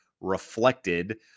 reflected